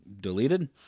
deleted